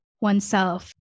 oneself